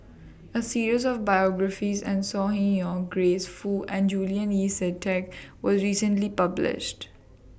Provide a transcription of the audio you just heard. A series of biographies and Saw yon Grace Fu and Julian Yeo See Teck was recently published